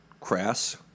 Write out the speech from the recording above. crass